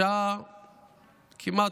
בשעה כמעט,